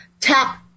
tap